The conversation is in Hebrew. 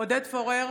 עודד פורר,